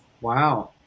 Wow